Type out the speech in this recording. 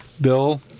Bill